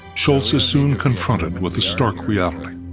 shultz is soon confronted with a stark reality.